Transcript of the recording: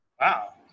Wow